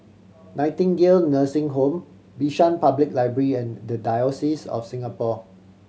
Nightingale Nursing Home Bishan Public Library and The Diocese of Singapore